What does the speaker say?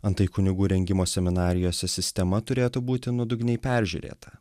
antai kunigų rengimo seminarijose sistema turėtų būti nuodugniai peržiūrėta